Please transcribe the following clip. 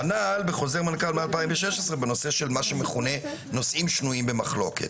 כנ"ל בחוזר מנכ"ל מ-2016 בנושא של מה שמכונה נושאים שנויים במחלוקת.